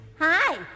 Hi